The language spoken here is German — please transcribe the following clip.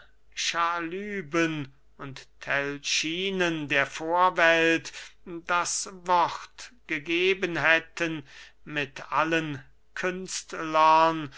und telchinen der vorwelt das wort gegeben hätten mit allen künstlern